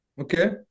Okay